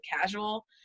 casual